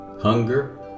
hunger